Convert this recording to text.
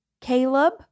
Caleb